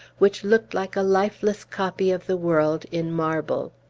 which looked like a lifeless copy of the world in marble.